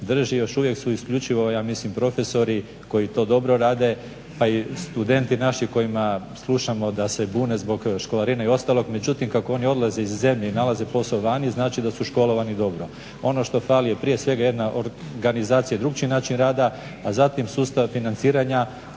drži još uvijek su isključivo, ja mislim profesori koji to dobro rade, pa i studenti naši kojima slušamo da se bune zbog školarine i ostalog. Međutim, kako oni odlaze iz zemlje i nalaze posao vani, znači da su školovani dobro. Ono što fali je prije svega jedna organizacija i drukčiji način rada, a zatim sustav financiranja